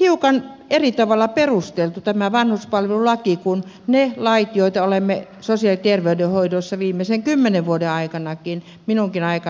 hiukan eri tavalla perusteltu kuin ne lait joita olemme sosiaali ja terveydenhoidossa viimeisen kymmenen vuoden aikanakin minunkin aikanani täällä käsitelleet